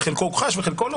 וחלקו הוכחש וחלקו לא,